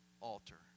altar